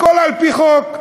הכול על-פי חוק,